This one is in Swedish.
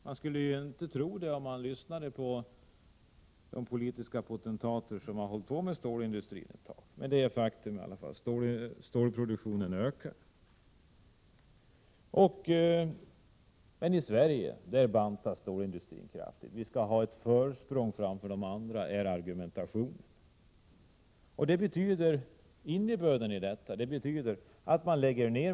Man skulle inte tro det om man lyssnar på de politiska potentater som har sysslat med stålindustrin en tid, men det är ett faktum att stålproduktionen ökar. I Sverige bantas däremot stålindustrin kraftigt — argumentet är att vi skall ha ett försprång före de andra — och verksamheter läggs ner.